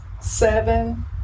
seven